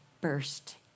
burst